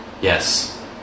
Yes